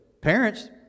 Parents